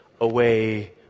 away